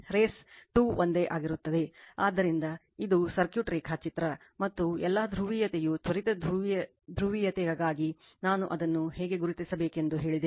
race 2 ಒಂದೇ ಆಗಿರುತ್ತದೆ ಆದ್ದರಿಂದ ಇದು ಸರ್ಕ್ಯೂಟ್ ರೇಖಾಚಿತ್ರ ಮತ್ತು ಎಲ್ಲಾ ಧ್ರುವೀಯತೆಯು ತ್ವರಿತ ಧ್ರುವೀಯತೆಯಾಗಿ ನಾನು ಅದನ್ನು ಹೇಗೆ ಗುರುತಿಸಬೇಕೆಂದು ಹೇಳಿದೆ